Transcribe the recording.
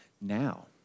now